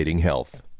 health